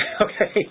Okay